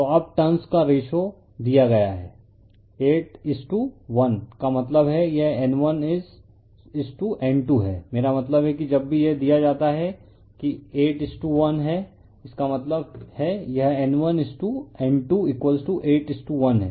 refer slide time 1257 तो अब turns का रेशो दिया गया है 8 इज टू 1 का मतलब है कि यह N1 इज टू N2 है मेरा मतलब है कि जब भी यह दिया जाता है कि 8 इज टू 1 है इसका मतलब है यह N1 is to N2 8 is to 1 है